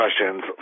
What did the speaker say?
questions